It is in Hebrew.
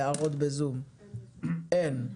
אין.